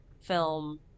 film